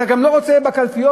אתה לא רוצה גם בקלפיות?